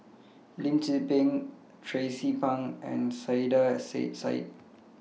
Lim Tze Peng Tracie Pang and Saiedah Said